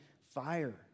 fire